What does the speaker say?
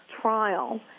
trial